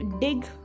dig